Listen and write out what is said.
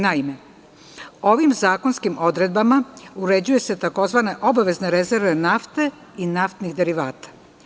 Naime, ovim zakonskim odredbama uređuje se tzv. obavezne rezerve nafte i naftnih derivata.